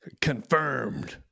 confirmed